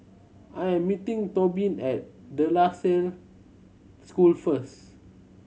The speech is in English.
I am meeting Tobin at De La Salle School first